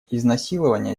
изнасилования